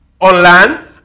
online